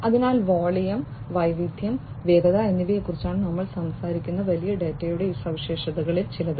അതിനാൽ വോളിയം വൈവിധ്യം വേഗത എന്നിവയെക്കുറിച്ചാണ് നമ്മൾ സംസാരിക്കുന്ന വലിയ ഡാറ്റയുടെ ഈ സവിശേഷതകളിൽ ചിലത്